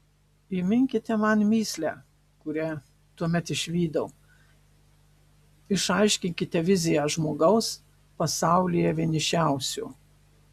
įminkite man mįslę kurią tuomet išvydau išaiškinkite viziją žmogaus pasaulyje vienišiausio